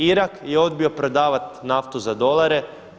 Irak je odbio prodavati naftu za dolare.